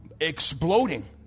exploding